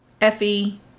Effie